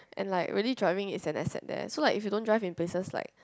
and like really driving is an asset there so like if you don't drive in places like